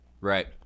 Right